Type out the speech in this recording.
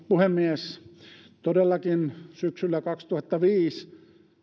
puhemies todellakin syksyllä kaksituhattaviisi